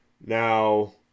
Now